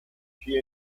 she